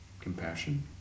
compassion